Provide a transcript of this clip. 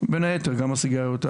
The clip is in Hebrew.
בין היתר גם הסיגריות,